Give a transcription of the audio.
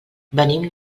venim